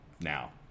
now